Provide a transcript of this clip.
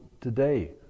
today